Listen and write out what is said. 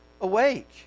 awake